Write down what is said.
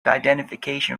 identification